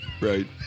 Right